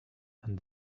and